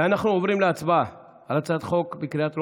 אנחנו עוברים להצבעה על הצעת חוק בקריאה טרומית,